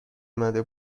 امده